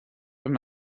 wenn